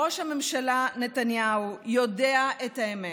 ראש הממשלה נתניהו יודע את האמת.